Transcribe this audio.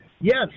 Yes